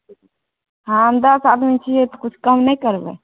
हम दश आदमी छियै तऽ किछु कम नहि करबै